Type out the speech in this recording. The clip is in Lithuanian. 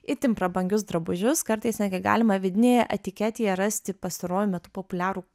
itin prabangius drabužius kartais netgi galima vidinėje etiketėje rasti pastaruoju metu populiarų